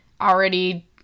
already